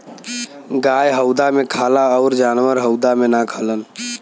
गाय हउदा मे खाला अउर जानवर हउदा मे ना खालन